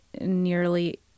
nearly